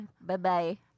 bye-bye